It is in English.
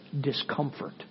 discomfort